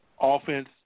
offense